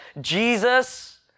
Jesus